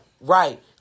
right